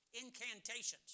incantations